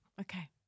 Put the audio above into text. Okay